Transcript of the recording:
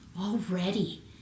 already